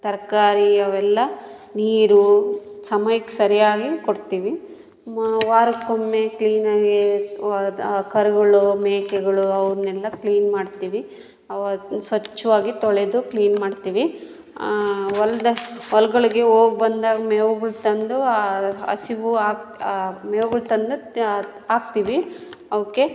ತರಕಾರಿ ಅವೆಲ್ಲ ನೀರು ಸಮಯಕ್ಕೆ ಸರಿಯಾಗಿ ಕೊಡ್ತೀವಿ ಮ ವಾರಕ್ಕೊಮ್ಮೆ ಕ್ಲೀನಾಗಿ ಅದು ಕರುಗಳು ಮೇಕೆಗಳು ಅವನ್ನೆಲ್ಲ ಕ್ಲೀನ್ ಮಾಡ್ತೀವಿ ಅವಾ ಸ್ವಚ್ಛವಾಗಿ ತೊಳೆದು ಕ್ಲೀನ್ ಮಾಡ್ತೀವಿ ಹೊಲದ ಹೊಲಗಳಿಗೆ ಹೋಗ್ಬಂದಾದ ಮೇವುಗಳು ತಂದು ಹಸಿವು ಹಾಕಿ ಮೇವುಗಳು ತಂದು ಹಾಕ್ತೀವಿ ಅವಕ್ಕೆ